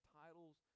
titles